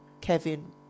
Kevin